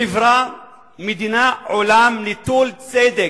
חברה, מדינה, עולם נטול צדק.